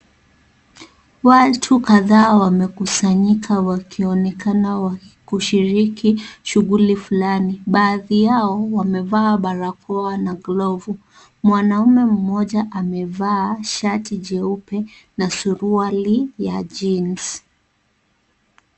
Watu kadhaa wamekusanyika wakionekana kushiriki shughuli fulani. Baadhi yao wamevaa barakoa na glovu. Mwanaume mmoja amevaa shati jeupe na suruali ya jeans .